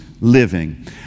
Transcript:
living